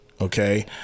okay